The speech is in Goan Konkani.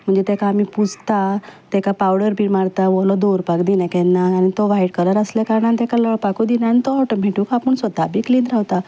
म्हणजे तेका आमी पुसता तेका पावडर बी मारता ओलो दवरपाक दिना केन्ना आनी तो वायट कलर आसल्या कारणान तेका लडपाकूय दिना आनी तो ऑटोमेटीक आपूण स्वता बी क्लीन रावता